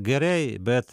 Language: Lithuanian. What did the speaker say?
gerai bet